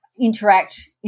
interact